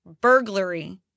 burglary